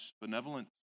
benevolent